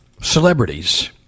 celebrities